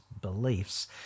beliefs